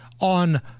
on